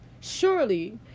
Surely